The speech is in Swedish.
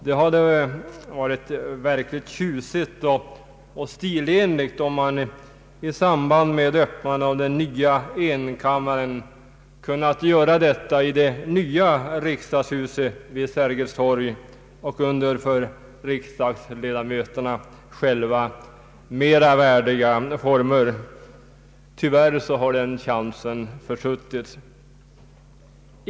Det hade varit verkligt tjusigt och stilenligt om man kunnat öppna den nya enkammaren i det nya riksdagshuset vid Sergels torg under för riksdags ledamöterna själva mera värdiga former. Tyvärr har den chansen försuttits.